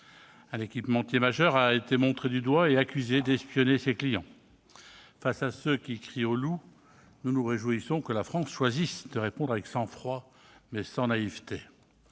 Un équipementier majeur a été montré du doigt et accusé d'espionner ses clients. Face à ceux qui crient au loup, nous nous réjouissons que la France choisisse de répondre avec sang-froid, mais sans naïveté.